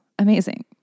amazing